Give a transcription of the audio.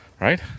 Right